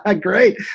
great